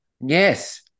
Yes